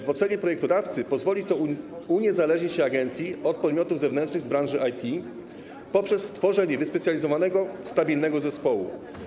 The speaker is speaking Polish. W ocenie projektodawcy pozwoli to uniezależnić się agencji od podmiotów zewnętrznych z branży IT poprzez stworzenie wyspecjalizowanego stabilnego zespołu.